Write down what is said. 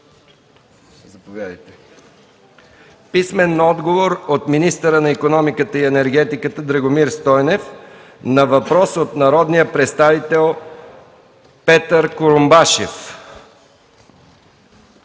Джевдет Чакъров; - министъра на икономиката и енергетиката Драгомир Стойнев на въпрос от народния представител Петър Курумбашев;